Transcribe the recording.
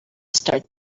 start